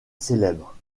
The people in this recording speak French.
célèbre